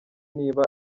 niba